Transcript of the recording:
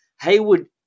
Haywood